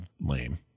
lame